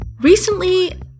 recently